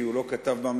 כי הוא לא כתב בהמלצה.